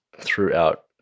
throughout